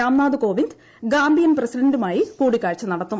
Ramnath Kovind Gambian പ്രസിഡന്റുമായി കൂടിക്കാഴ്ച നടത്തും